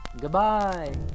goodbye